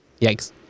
Yikes